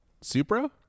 Supra